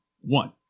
one